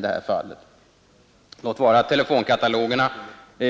Det kan så vara att telefonkatalogerna